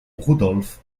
rudolf